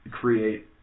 create